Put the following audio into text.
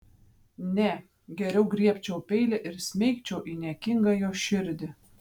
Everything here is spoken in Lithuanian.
ne geriau griebčiau peilį ir smeigčiau į niekingą jo širdį